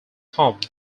tomb